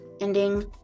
ending